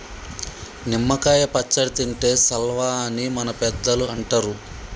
నిమ్మ కాయ పచ్చడి తింటే సల్వా అని మన పెద్దలు అంటరు